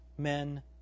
men